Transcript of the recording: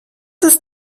ist